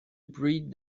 breed